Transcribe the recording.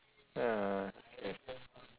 uh let's see